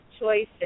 choices